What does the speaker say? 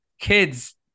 kids